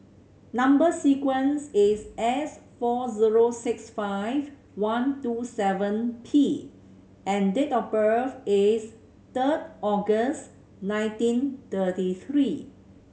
number sequence is S four zero six five one two seven P and date of birth is third August nineteen thirty three